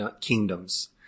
kingdoms